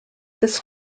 this